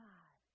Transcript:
God